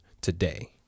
today